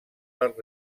les